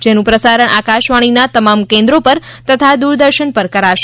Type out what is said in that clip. જેનુ પ્રસારણ આકાશવાણીના તમામ કેન્દ્રો પર તથા દૂરદર્શન પર કરાશે